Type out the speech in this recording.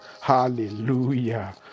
Hallelujah